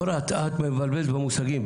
אורה, את מבלבלת במושגים.